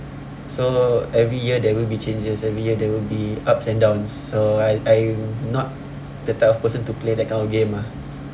so every year there will be changes every year there will be ups and down so I I'm not the type of person to play that kind of game ah